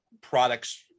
products